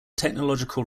technological